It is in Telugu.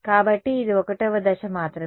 కాబట్టి ఇది 1వ దశ మాత్రమే